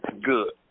Good